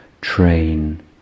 train